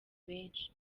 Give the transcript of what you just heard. benshi